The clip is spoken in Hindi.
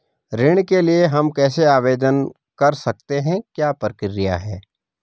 ऋण के लिए हम कैसे आवेदन कर सकते हैं क्या प्रक्रिया है?